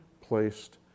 placed